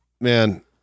Man